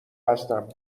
هستم